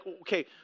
okay